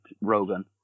Rogan